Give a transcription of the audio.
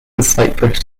cypress